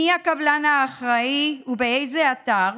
מי הקבלן האחראי ובאיזה אתר,